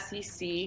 SEC